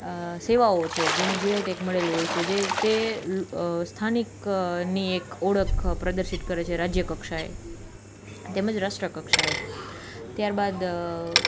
સેવાઓ છે જેને જીઆઈ ટેગ મળેલો હોય છે તે સ્થાનિકની એક ઓળખ પ્રદશિત કરે છે રાજય કક્ષાએ તેમજ રાષ્ટ્ર કક્ષાએ ત્યાર બાદ